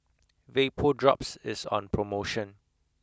VapoDrops is on promotion